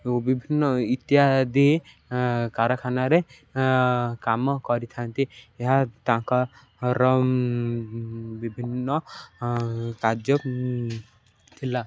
ଓ ବିଭିନ୍ନ ଇତ୍ୟାଦି କାରଖାନାରେ କାମ କରିଥାନ୍ତି ଏହା ତାଙ୍କର ବିଭିନ୍ନ କାର୍ଯ୍ୟ ଥିଲା